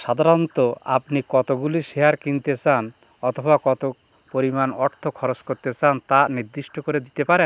সাধারণত আপনি কতোগুলি শেয়ার কিনতে চান অথবা কতো পরিমাণ অর্থ খরচ করতে চান তা নির্দিষ্ট করে দিতে পারেন